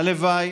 הלוואי